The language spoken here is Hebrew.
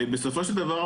בסופו של דבר,